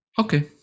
Okay